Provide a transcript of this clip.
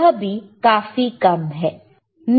यह भी काफी कम है